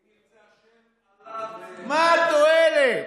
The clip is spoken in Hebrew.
אם ירצה השם, אללה, מה התועלת?